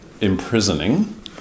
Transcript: imprisoning